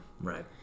Right